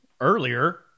earlier